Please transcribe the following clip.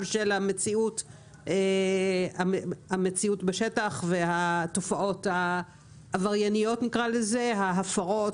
של המציאות בשטח והתופעות העברייניות - נקרא להן כך - ההפרות,